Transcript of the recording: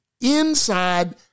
inside